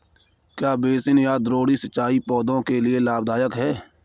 क्या बेसिन या द्रोणी सिंचाई पौधों के लिए लाभदायक है?